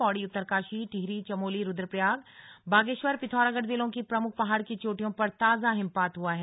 पौड़ी उत्तरकाशी टिहरी चमोली रुद्रप्रयाग बागेश्वर पिथौरागढ़ जिलों की प्रमुख पहाड़ की चोटियों पर ताजा हिमपात हुआ है